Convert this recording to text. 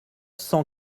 cent